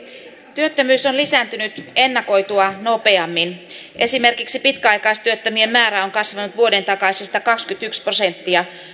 työttömyys on lisääntynyt ennakoitua nopeammin esimerkiksi pitkäaikaistyöttömien määrä on kasvanut vuoden takaisesta kaksikymmentäyksi prosenttia